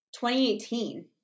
2018